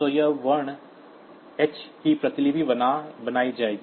तो यहाँ h वर्ण की प्रतिलिपि बनाई जाएगी